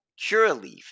Curaleaf